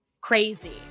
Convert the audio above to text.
crazy